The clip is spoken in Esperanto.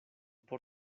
por